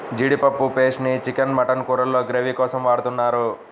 జీడిపప్పు పేస్ట్ ని chicken, mutton కూరల్లో గ్రేవీ కోసం వాడుతున్నారు